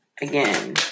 Again